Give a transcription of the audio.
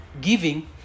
giving